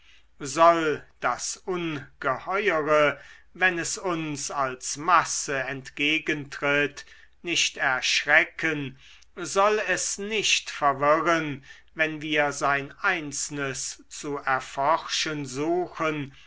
soll das ungeheuere wenn es uns als masse entgegentritt nicht erschrecken soll es nicht verwirren wenn wir sein einzelnes zu erforschen suchen